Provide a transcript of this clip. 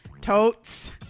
Totes